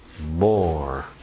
more